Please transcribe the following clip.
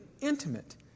intimate